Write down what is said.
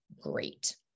great